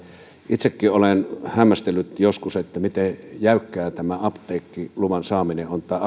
itsekin olen hämmästellyt joskus miten jäykkää tämä apteekkiluvan saaminen